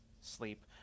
sleep